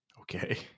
Okay